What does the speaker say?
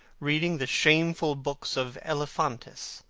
reading the shameful books of elephantis,